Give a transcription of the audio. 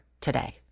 today